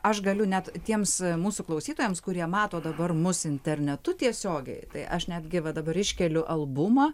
aš galiu net tiems mūsų klausytojams kurie mato dabar mus internetu tiesiogiai tai aš netgi va dabar iškeliu albumą